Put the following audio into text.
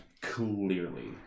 clearly